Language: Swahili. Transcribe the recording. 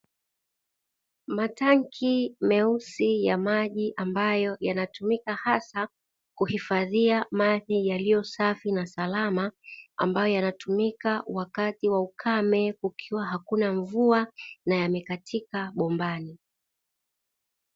Matangi meusi ya maji ambayo yanatumika hasa kuhifadhia maji yaliyo safi na salama, ambayo yanatumika wakati wa ukame kukiwa hakuna mvua na yamekatika bombani.